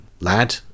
lad